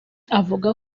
avuga